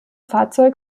fahrzeug